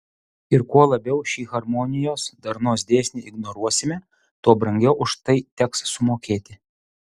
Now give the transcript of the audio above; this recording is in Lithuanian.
ir kuo labiau šį harmonijos darnos dėsnį ignoruosime tuo brangiau už tai teks sumokėti